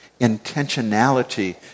intentionality